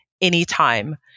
anytime